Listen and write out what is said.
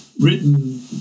written